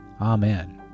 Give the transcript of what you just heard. Amen